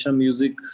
music